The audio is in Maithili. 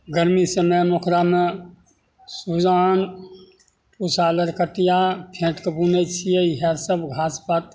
गरमी समयमे ओकरामे सुजान उसालर कटिआ फेँटिके बुनै छिए इएहसब घास पात